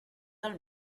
del